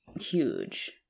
huge